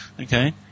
Okay